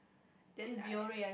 then I